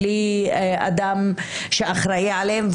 בלי אדם שאחראי עליהם,